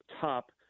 top